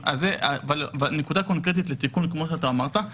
זאת נקודה קונקרטית לתיקון, כמו שאתה אמרת.